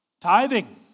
Tithing